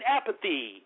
apathy